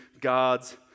God's